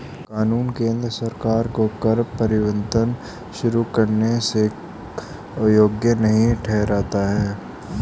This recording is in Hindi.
कानून केंद्र सरकार को कर परिवर्तन शुरू करने से अयोग्य नहीं ठहराता है